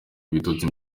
ibitotsi